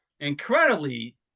Incredibly